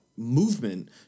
Movement